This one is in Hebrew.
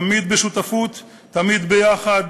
תמיד בשותפות, תמיד ביחד,